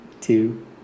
two